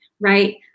right